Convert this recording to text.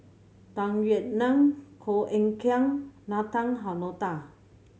Tung Yue Nang Goh Eck Kheng Nathan Hartono